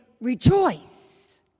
rejoice